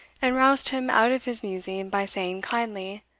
and roused him out of his musing by saying kindly,